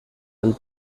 del